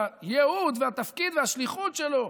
את הייעוד והתפקיד והשליחות שלו,